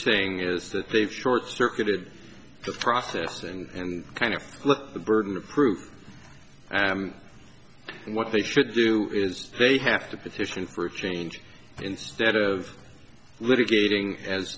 saying is that they've short circuited the process and kind of the burden of proof and what they should do is they have to petition for a change instead of